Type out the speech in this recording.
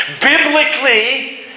Biblically